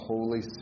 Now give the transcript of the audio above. Holy